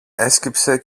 έσκυψε